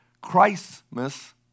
Christmas